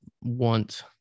want